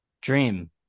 dream